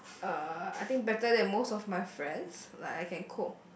uh I think better than most of my friends like I can cook